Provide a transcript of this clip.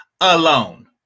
Alone